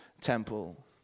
temple